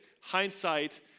hindsight